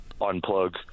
unplug